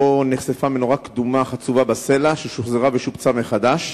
שם נחשפה מנורה קדומה חצובה בסלע ששוחזרה ושופצה מחדש,